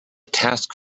task